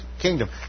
kingdom